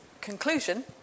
conclusion